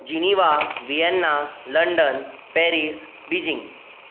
Geneva Vienna London Paris Beijing